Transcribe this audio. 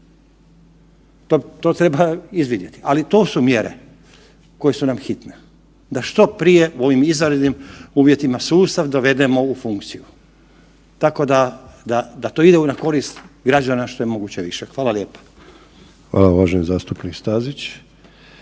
To treba izviditi, ali to su mjere koje su nam hitne, da što prije u ovim izvanrednim uvjetima sustav dovedemo u funkciju tako da to ide na korist građana što je moguće više. Hvala lijepa. **Sanader, Ante